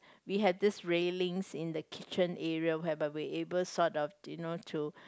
we had this reeling in the kitchen area whereby we are able sort of do you know to